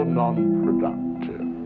non-productive